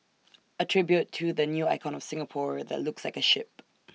A tribute to the new icon of Singapore that looks like A ship